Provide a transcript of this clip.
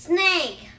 Snake